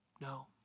No